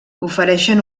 ofereixen